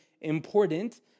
important